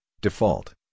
default